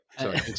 sorry